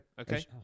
okay